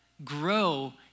grow